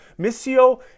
Missio